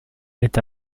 est